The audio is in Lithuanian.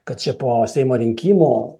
kad šie po seimo rinkimų